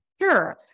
Sure